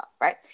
right